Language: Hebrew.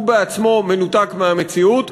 הוא בעצמו מנותק מהמציאות,